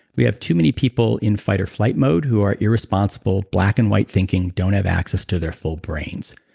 we have too many people in fight-or-flight mode who are irresponsible, black-and-white thinking, don't have access to their full brains.